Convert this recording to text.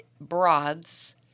broths